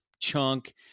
chunk